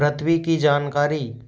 पृथ्वी की जानकारी